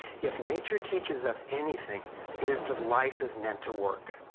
if nature teaches us anything it is that life is meant to work.